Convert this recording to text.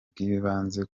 bw’ibanze